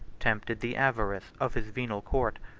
tempted the avarice of his venal court,